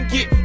Get